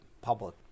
public